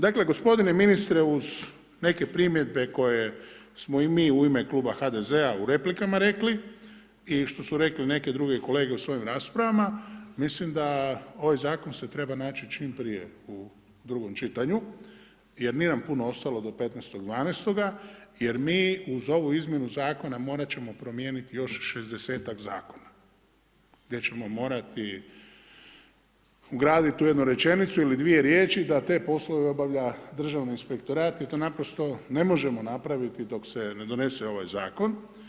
Dakle gospodine ministre uz neke primjedbe koje smo i mi u ime kluba HDZ-a u replikama rekli i što su rekli neke druge kolege u svojim raspravama mislim da ovaj zakon se treba naći čim prije u drugom čitanju jer nije nam puno ostalo do 15.12. jer mi uz ovu izmjenu zakona morati ćemo promijeniti još 60-ak zakona gdje ćemo morati ugraditi u jednu rečenicu ili dvije riječi da te poslove obavlja Državni inspektorat jer to naprosto ne možemo napraviti dok se ne donese ovaj zakon.